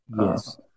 Yes